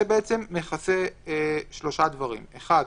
זה מכסה שלושה דברים: אחת,